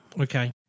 Okay